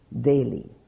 daily